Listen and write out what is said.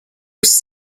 was